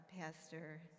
Pastor